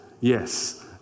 yes